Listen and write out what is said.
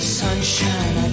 sunshine